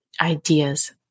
ideas